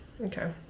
Okay